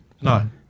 No